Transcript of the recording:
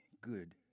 good